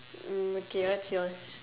mm okay what's yours